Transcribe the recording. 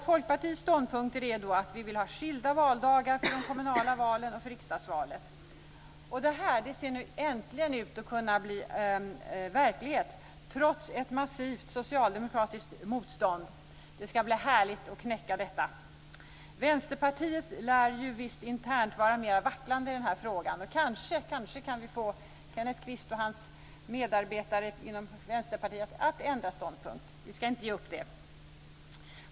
Folkpartiets ståndpunkter är att vi vill ha skilda valdagar för de kommunala valen och för riksdagsvalet. Det ser äntligen ut att kunna bli verklighet, trots ett massivt socialdemokratiskt motstånd. Det ska bli härligt att knäcka detta. Vänsterpartiet lär internt vara mera vacklande i frågan, och kanske kan vi få Kenneth Kvist och hans medarbetare inom Vänsterpartiet att ändra ståndpunkt. Vi ska inte ge upp det.